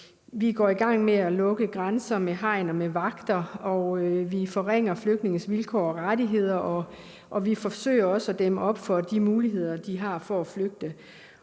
Vi går i gang med at lukke grænser med hegn og med vagter, vi forringer flygtninges vilkår og rettigheder, og vi forsøger også at dæmme op for de muligheder, de har for at flygte.